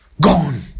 Gone